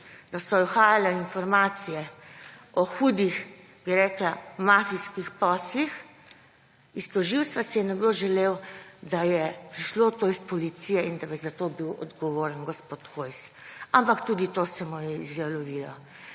da so uhajale informacije o hudih mafijskih poslih. Iz tožilstva si je nekdo želel, da je prišlo to iz policije in da bi za to bil odgovoren gospod Hojs. Ampak tudi to se mu je izjalovilo.